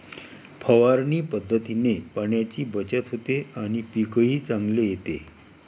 फवारणी पद्धतीने पाण्याची बचत होते आणि पीकही चांगले येते